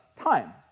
time